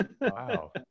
Wow